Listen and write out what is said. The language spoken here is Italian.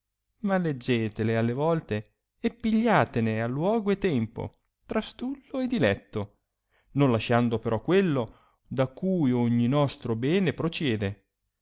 ma leggetele alle volte e pigliatene a luogo e tempo trastullo e diletto non lasciando però quello da cui ogni nostro bene prociede